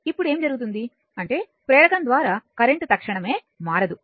ఇప్పుడు ఏమి జరుగుతుంది అంటే ప్రేరకం ద్వారా కరెంట్ తక్షణమే మారదు